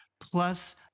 plus